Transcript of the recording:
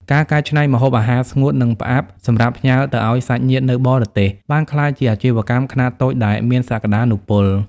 ការកែច្នៃម្ហូបអាហារស្ងួត និងផ្អាប់សម្រាប់ផ្ញើទៅឱ្យសាច់ញាតិនៅបរទេស បានក្លាយជាអាជីវកម្មខ្នាតតូចដែលមានសក្ដានុពល។